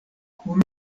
kun